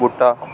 बूह्टा